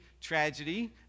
tragedy